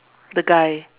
the guy